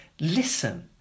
listen